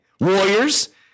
Warriors